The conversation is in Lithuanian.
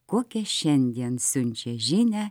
kokią šiandien siunčia žinią